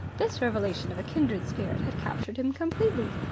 this revelation of a kindred spirit had captured him completely.